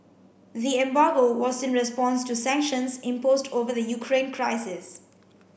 the embargo was in response to sanctions imposed over the Ukraine crisis